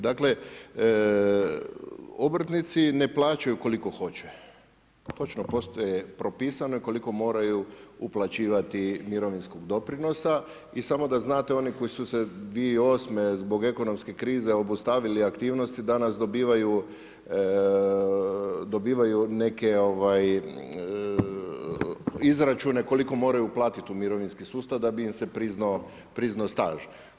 Dakle, obrtnici ne plaćaju koliko hoće, točno postoji propisano i koliko moraju uplaćivati mirovinskog doprinosa i samo da znate oni koji su se 2008. zbog ekonomske krize obustavili aktivnosti, danas dobivaju neke izračune koliko moraju platit u mirovinski sustav da bi im se priznao staž.